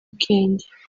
ubwenge